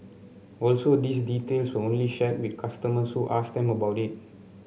also these details were only shared with customers who asked them about it